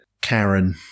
Karen